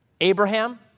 Abraham